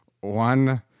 one